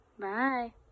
Bye